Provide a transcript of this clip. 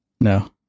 no